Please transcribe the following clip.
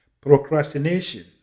procrastination